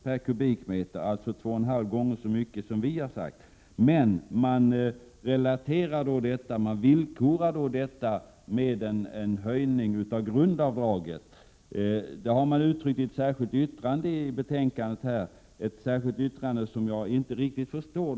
per kubikmeter, alltså två och en halv gång så mycket som vi har sagt. Men centern villkorar då detta med en höjning av grundavdraget. Det har man uttryckt i ett särskilt yttrande som jag inte riktigt förstår.